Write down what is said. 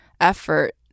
effort